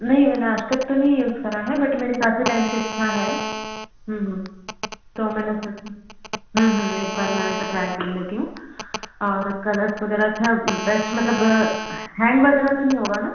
नहीं मैंने आज तक तो नहीं यूज़ करा है बट मेरी काफ़ी टाइम से इच्छा है तो मैंने सोची एक बार मैंने कहा ट्राई कर लेती हूँ और कलर्स वगैरह अच्छा बेस्ट मतलब हैंग वगैरह तो नहीं होगा ना